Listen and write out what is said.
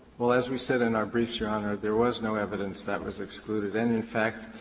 well, as we said in our briefs, your honor, there was no evidence that was excluded, and in fact,